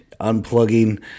unplugging